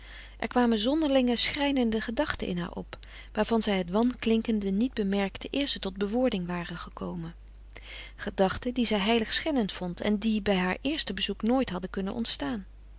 er kwamen zonderlinge schrijnende gedachten in haar op waarvan zij het wanklinkende niet bemerkte eer ze tot bewoording waren gekomen gedachten die zij heiligschennend vond en die bij haar eerste bezoek nooit hadden kunnen ontstaan